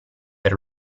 per